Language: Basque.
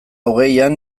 hogeian